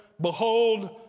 Behold